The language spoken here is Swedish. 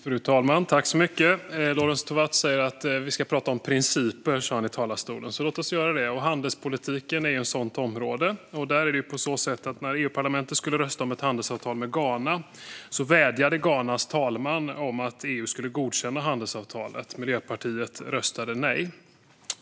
Fru talman! Lorentz Tovatt sa i talarstolen att vi ska tala om principer. Låt oss göra det. Handelspolitiken är ett område för sådana. När EU-parlamentet skulle rösta om ett handelsavtal med Ghana vädjade Ghanas talman om att EU skulle godkänna handelsavtalet. Miljöpartiet röstade nej.